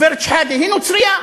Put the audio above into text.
גברת שחאדה, היא נוצרייה,